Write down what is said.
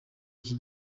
iki